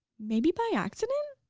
maybe by accident.